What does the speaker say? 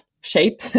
shape